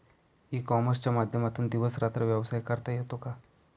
E कॉमर्सच्या माध्यमातून दिवस रात्र व्यवसाय करता येतो का?